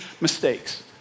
mistakes